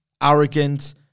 arrogant